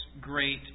great